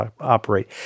operate